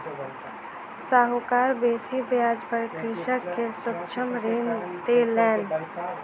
साहूकार बेसी ब्याज पर कृषक के सूक्ष्म ऋण देलैन